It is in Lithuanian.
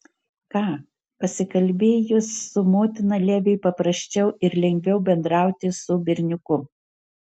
ką pasikalbėjus su motina leviui paprasčiau ir lengviau bendrauti su berniuku